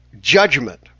judgment